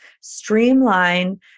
streamline